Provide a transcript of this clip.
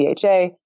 DHA